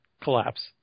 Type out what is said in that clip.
collapse